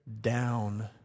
down